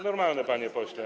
Normalne, panie pośle.